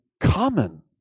common